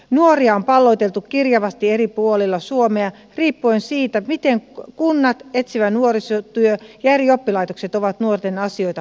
nuoria on palloteltu kirjavasti eri puolilla suomea riippuen siitä miten kunnat etsivä nuorisotyö ja eri oppilaitokset ovat nuorten asioita hoitaneet